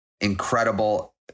incredible